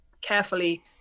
carefully